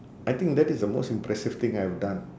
I think that is the most impressive thing I have done